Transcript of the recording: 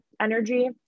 energy